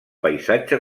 paisatge